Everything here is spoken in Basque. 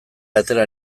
atera